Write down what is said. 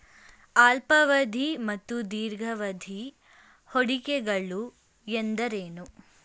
ಅಲ್ಪಾವಧಿ ಮತ್ತು ದೀರ್ಘಾವಧಿ ಹೂಡಿಕೆಗಳು ಎಂದರೇನು?